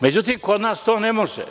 Međutim, to kod nas ne može.